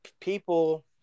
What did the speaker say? people